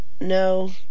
No